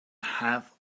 have